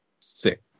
Six